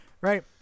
right